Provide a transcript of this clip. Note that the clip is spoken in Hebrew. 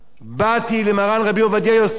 באתי למרן רבי עובדיה יוסף